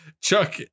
Chuck